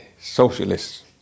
socialists